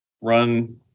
run